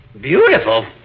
Beautiful